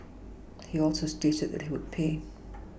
he also stated that he would pay